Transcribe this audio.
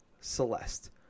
Celeste